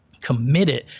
committed